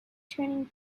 turning